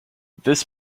this